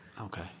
Okay